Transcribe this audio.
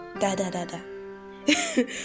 da-da-da-da